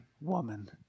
woman